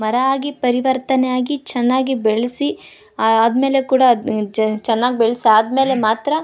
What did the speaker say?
ಮರ ಆಗಿ ಪರಿವರ್ತನೆಯಾಗಿ ಚೆನ್ನಾಗಿ ಬೆಳೆಸಿ ಆದ್ಮೇಲೆ ಕೂಡ ಚೆನ್ನಾಗ್ ಬೆಳ್ಸಿ ಆದ್ಮೇಲೆ ಮಾತ್ರ